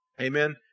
Amen